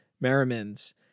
Merriman's